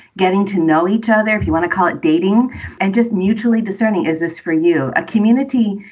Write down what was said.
getting to know each other if you want to call it dating and just mutually discerning. is this for you? a community,